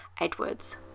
Edwards